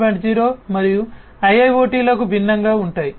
0 మరియు IIoT లకు భిన్నంగా ఉంటాయి